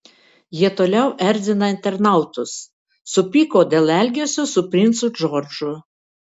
jie toliau erzina internautus supyko dėl elgesio su princu džordžu